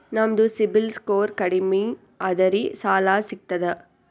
ನಮ್ದು CIBIL score ಕಡಿಮಿ ಅದರಿ ಸಾಲಾ ಸಿಗ್ತದ?